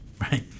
Right